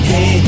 Hey